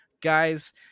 guys